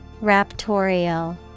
Raptorial